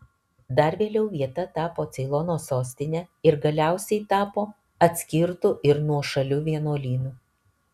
dar vėliau vieta tapo ceilono sostine ir galiausiai tapo atskirtu ir nuošaliu vienuolynu